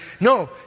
no